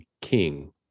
king